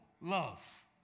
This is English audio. Love